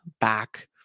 back